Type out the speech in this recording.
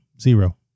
zero